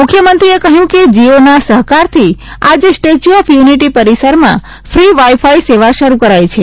મુખ્યમંત્રીએ કહ્યું કે જીઓના સહયોગથી આજે સ્ટેચ્યુ ઓફ યુનિટી પરિસરમાં ફી વાઇ ફાઈ સેવા શરૂ કરાઈ છે